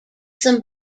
some